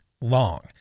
long